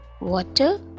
water